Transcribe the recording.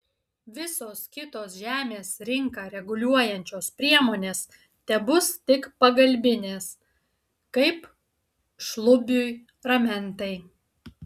visos kitos žemės rinką reguliuojančios priemonės tebus tik pagalbinės kaip šlubiui ramentai